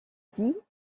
dit